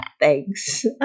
Thanks